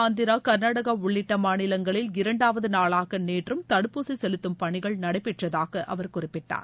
ஆந்திரா கர்நாடகா உள்ளிட்ட மாநிலங்களில் இரண்டாவது நாளாக நேற்றும் தடுப்பூசி செலுத்தும் பணிகள் நடைபெற்றதாக அவர் குறிப்பிட்டார்